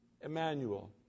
Emmanuel